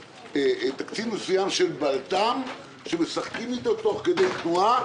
תקציב מסוים של בלת"ם שמשחקים אתו תוך כדי תנועה